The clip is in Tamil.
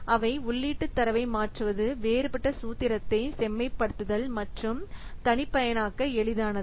அவை உள்ளீட்டு தரவை மாற்றுவது வேறுபட்ட சூத்திரத்தை செம்மைப்படுத்துதல் மற்றும் தனிப்பயனாக்க எளிதானது